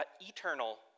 eternal